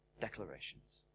declarations